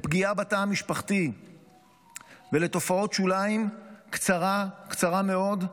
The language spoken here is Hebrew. לפגיעה בתא המשפחתי ולתופעות שוליים קצרה, מאוד.